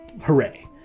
Hooray